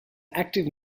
active